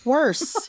Worse